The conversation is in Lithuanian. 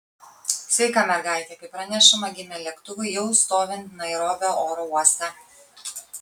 sveika mergaitė kaip pranešama gimė lėktuvui jau stovint nairobio oro uoste